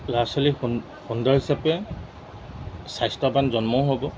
ল'ৰা ছোৱালী সুন্দৰ হিচাপে স্বাস্থ্যৱান জন্মও হ'ব